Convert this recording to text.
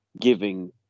giving